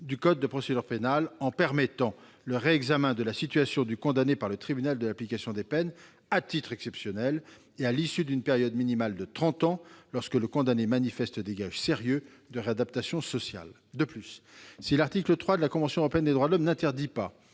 du code de procédure pénale, qui permet le réexamen de la situation du condamné par le tribunal de l'application des peines à titre exceptionnel et à l'issue d'une période minimale de trente ans, lorsque le condamné manifeste des gages sérieux de réadaptation sociale. De plus, si l'article 3 de la Convention européenne des droits de l'homme n'interdit pas